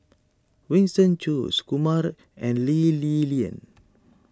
Winston Choos Kumar and Lee Li Lian